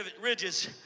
ridges